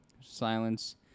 silence